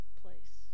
place